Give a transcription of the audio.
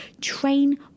train